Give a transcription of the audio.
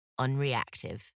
unreactive